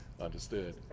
Understood